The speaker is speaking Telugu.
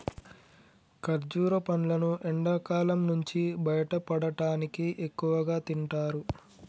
ఖర్జుర పండ్లును ఎండకాలం నుంచి బయటపడటానికి ఎక్కువగా తింటారు